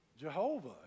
Jehovah